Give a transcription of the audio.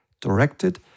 Directed